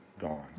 gone